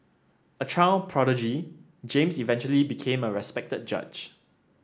a child prodigy James eventually became a respected judge